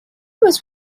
was